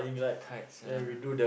kites ya